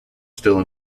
still